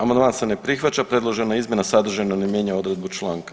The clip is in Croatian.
Amandman se ne prihvaća predložene izmjena sadržajno ne mijenja odredbu članka.